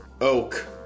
Oak